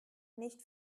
nicht